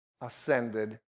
ascended